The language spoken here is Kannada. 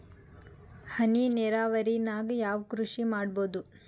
ಹನಿ ನೇರಾವರಿ ನಾಗ್ ಯಾವ್ ಕೃಷಿ ಮಾಡ್ಬೋದು?